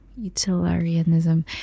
utilitarianism